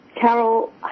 Carol